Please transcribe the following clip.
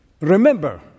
Remember